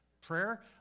Prayer